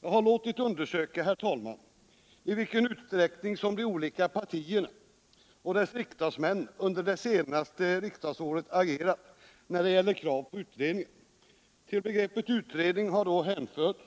Jag har låtit undersöka i vilken utsträckning de olika partierna och deras riksdagsmän under det senaste riksdagsåret agerat när det gäller krav på utredningar. Till begreppet utredning har då hänförts